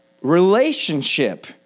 relationship